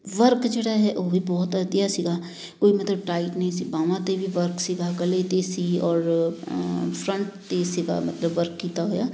work ਜਿਹੜਾ ਹੈ ਉਹ ਵੀ ਬਹੁਤ ਵਧੀਆ ਸੀਗਾ ਕੋਈ ਮਤਲਬ ਟਾਈਟ ਨਹੀਂ ਸੀ ਬਾਹਾਂ 'ਤੇ ਵੀ ਵਰਕ ਸੀਗਾ ਗਲੇ 'ਤੇ ਸੀ ਔਰ ਫਰੰਟ 'ਤੇ ਸੀਗਾ ਮਤਲਬ ਵਰਕ ਕੀਤਾ ਹੋਇਆ